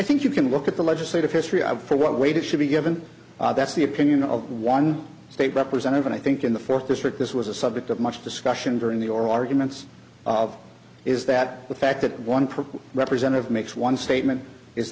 think you can look at the legislative history of for what weight it should be given that's the opinion of one state representative and i think in the fourth district this was a subject of much discussion during the oral arguments of is that the fact that one per representative makes one statement is